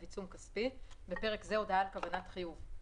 עיצום כספי (בפרק זה הודעה על כוונת חיוב).